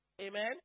Amen